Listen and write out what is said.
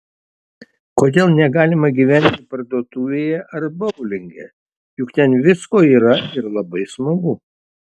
kodėl negalima gyventi parduotuvėje ar boulinge juk ten visko yra ir labai smagu